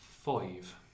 Five